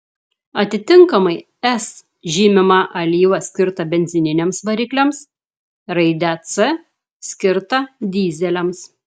atitinkamai s žymima alyva skirta benzininiams varikliams raide c skirta dyzeliams